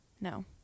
No